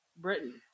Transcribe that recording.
Britain